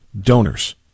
donors